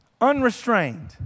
unrestrained